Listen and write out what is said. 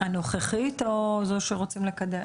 הנוכחית או זו שרוצים לקדם?